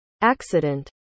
accident